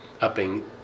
upping